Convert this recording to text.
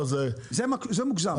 זה מוגזם.